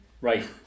Right